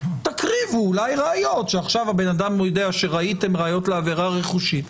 תקריבו אולי ראיות שעכשיו הבן אדם יודע שראיתם ראיות לעבירה רכושית.